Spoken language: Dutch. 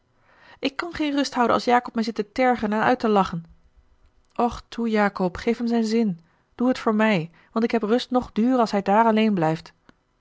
ik kan geen rust houden als jacob mij zit te tergen en uit te lachen och toe jacob geef hem zijn zin doe het voor mij want ik heb rust noch duur als hij dààr alleen blijft